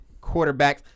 quarterbacks